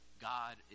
God